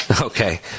Okay